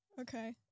Okay